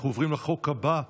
אנחנו עוברים להצעת החוק הבאה,